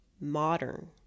Modern